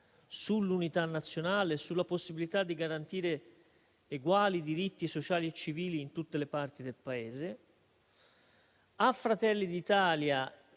sull'unità nazionale e sulla possibilità di garantire eguali diritti sociali e civili in tutte le parti del Paese. A Fratelli d'Italia,